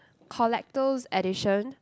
collector's edition